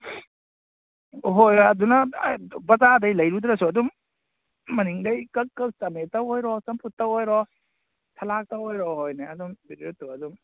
ꯍꯣꯏ ꯑꯗꯨꯅ ꯕꯖꯥꯔꯗꯩ ꯂꯩꯔꯨꯗ꯭ꯔꯁꯨ ꯑꯗꯨꯝ ꯃꯅꯤꯡꯗꯩ ꯀꯛ ꯀꯛ ꯀꯪꯃꯦꯠꯇ ꯑꯣꯏꯔꯣ ꯆꯝꯐꯨꯠꯇ ꯑꯣꯏꯔꯣ ꯁꯂꯥꯛꯇ ꯑꯣꯏꯔꯣ ꯍꯣꯏꯅꯦ ꯑꯗꯨꯝ ꯑꯗꯨꯝ